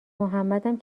محمدم